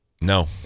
No